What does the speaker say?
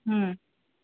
हम्म